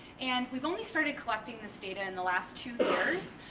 and we've only started collecting this data in the last two years.